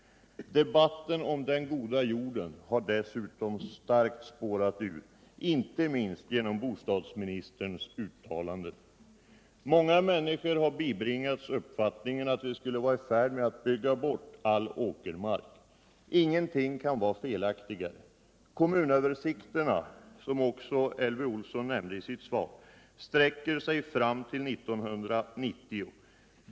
Debatten om den goda jorden har dessutom starkt spårat ur, inte minst genom bostadsministerns uttalanden. Många människor har bibringats uppfattningen att vi skulle vara i färd med att bygga bort all åkermark. Ingenting kan vara felaktigare. Kommunöversikterna, som också Elvy Olsson nämnde i sitt svar, sträcker sig fram till 1990.